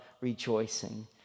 rejoicing